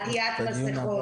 עטיית מסכות,